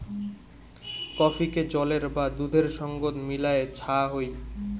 কফিকে জলের বা দুধের সঙ্গত মিলায় ছা হই